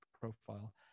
profile